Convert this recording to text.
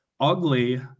ugly